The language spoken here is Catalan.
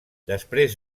després